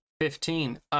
Fifteen